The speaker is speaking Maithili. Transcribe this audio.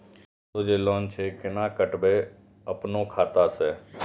हमरो जे लोन छे केना कटेबे अपनो खाता से?